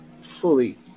fully